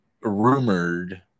rumored